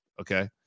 Okay